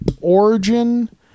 origin